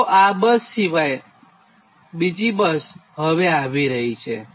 તો આ બસ સિવાય બીજી ઘણી બસ હવે આવી રહી છે